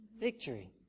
victory